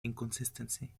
inconsistency